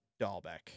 dahlbeck